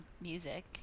music